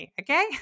Okay